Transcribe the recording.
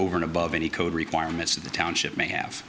over and above any code requirements of the township may have